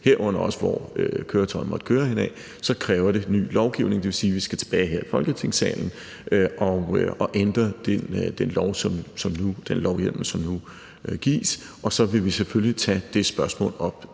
herunder også, hvor køretøjet måtte køre henne. Det vil sige, at vi skal tilbage her i Folketingssalen og ændre den lovhjemmel, som nu gives. Og vi vil så selvfølgelig tage det spørgsmål op